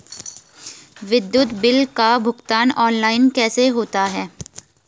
विद्युत बिल का भुगतान ऑनलाइन कैसे होता है?